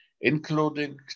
including